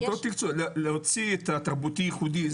זה אותו תקצוב להוציא את התרבותי ייחודי,